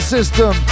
System